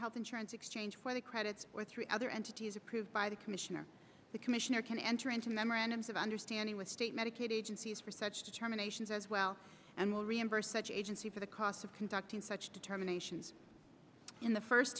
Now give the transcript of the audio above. health insurance exchange for the credits or three other entities approved by the commissioner the commissioner can enter into memorandums of understanding with state medicaid agencies for such determinations as well and will reimburse such agency for the costs of conducting such determinations in the first